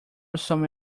some